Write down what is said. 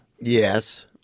Yes